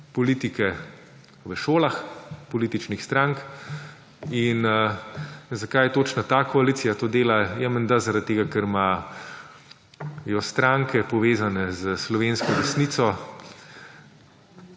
politike v šolah, političnih strank. In zakaj točno ta koalicija to dela? Ja, menda zaradi tega, ker imajo stranke, povezane s slovensko desnico,